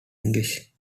english